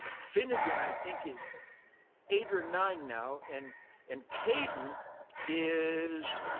finnegan, i think is eight or nine now. and and kayden is,